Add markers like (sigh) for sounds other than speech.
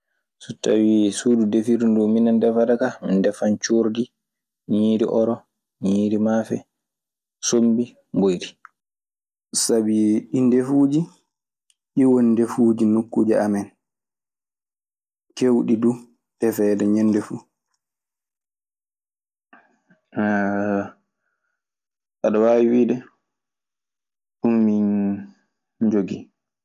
So tawii suudu defirdu nduu, minen defata kaa. Min defan coordi, ñiiri oro, ñiiri maafe, sonmbi, mboyri. (hesitation) Aɗe waawi wiide ɗun min njogii.